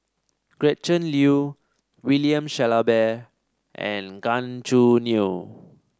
Gretchen Liu William Shellabear and Gan Choo Neo